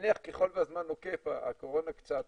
ככל שהזמן נוקף והקורונה קצת